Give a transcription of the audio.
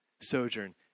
Sojourn